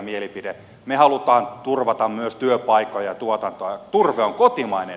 me haluamme turvata myös työpaikkoja ja tuotantoa